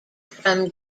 from